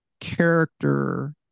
character